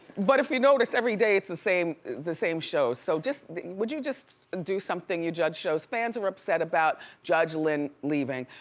but if you noticed, every day, it's the same the same show. so would you just do something, you judge shows? fans are upset about judge lynn leaving,